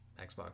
Xbox